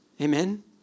Amen